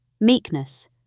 Meekness